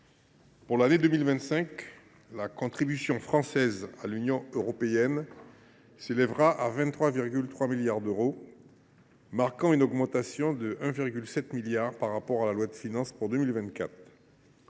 pour l’année 2025, la contribution française à l’Union européenne s’élèvera à 23,3 milliards d’euros, marquant une augmentation de 1,7 milliard d’euros par rapport à la loi de finances pour 2024.